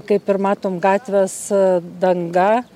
kaip ir matom gatvės danga